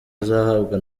izahabwa